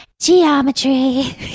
Geometry